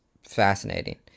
fascinating